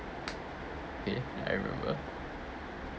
K I remember